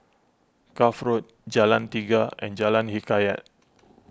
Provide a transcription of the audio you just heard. Cuff Road Jalan Tiga and Jalan Hikayat